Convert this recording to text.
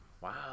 Wow